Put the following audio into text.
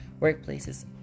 workplaces